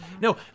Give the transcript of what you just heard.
no